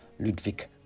Ludwig